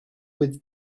with